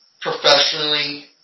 Professionally